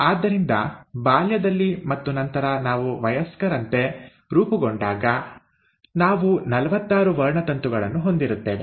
ಆದ್ದರಿಂದ ಬಾಲ್ಯದಲ್ಲಿ ಮತ್ತು ನಂತರ ನಾವು ವಯಸ್ಕರಂತೆ ರೂಪುಗೊಂಡಾಗ ನಾವು ನಲವತ್ತಾರು ವರ್ಣತಂತುಗಳನ್ನು ಹೊಂದಿರುತ್ತೇವೆ